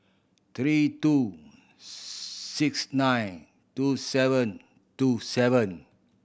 three two six nine two seven two seven